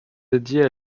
dédiées